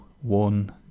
one